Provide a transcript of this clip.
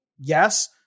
yes